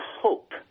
hope